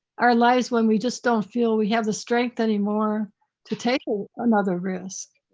our lives, when we just don't feel we have the strength anymore to take another risk.